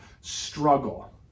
struggle